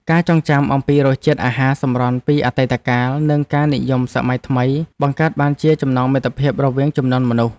ការចងចាំអំពីរសជាតិអាហារសម្រន់ពីអតីតកាលនិងការនិយមសម័យថ្មីបង្កើតបានជាចំណងមិត្តភាពរវាងជំនាន់មនុស្ស។